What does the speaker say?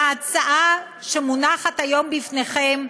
ההצעה שמונחת היום בפניכם,